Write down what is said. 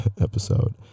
episode